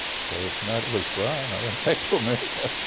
so neither was brian i went back to america!